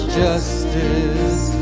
justice